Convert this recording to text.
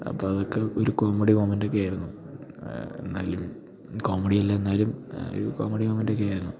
അപ്പം അതൊക്കെ ഒരു കോമഡി മൊമെൻ്റൊക്കെയായിരുന്നു എന്നാലും കോമഡിയല്ല എന്നാലും ഒരു കോമഡി മൊമെൻ്റൊക്കെയായിരുന്നു